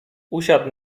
usiadł